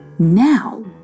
Now